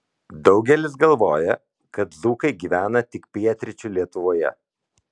daugelis galvoja kad dzūkai gyvena tik pietryčių lietuvoje